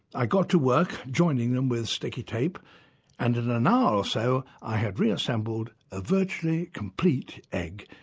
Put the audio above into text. i got to work joining them with sticky tape and in an hour or so i had reassembled a virtually complete egg,